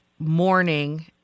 morning